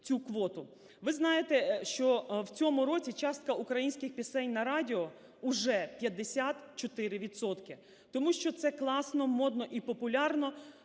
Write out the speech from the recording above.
Ви знаєте, що в цьому році частка українських пісень на радіо уже 54 відсотки, тому що це класно, модно і популярно